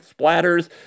splatters